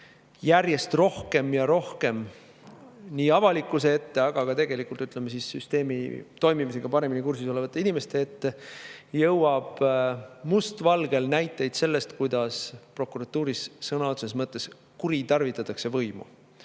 järjest rohkem ja rohkem nii avalikkuse ette, aga ka tegelikult süsteemi toimimisega paremini kursis olevate inimeste ette must valgel näiteid sellest, kuidas prokuratuuris sõna otseses mõttes kuritarvitatakse võimu.